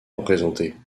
représentées